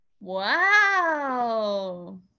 Wow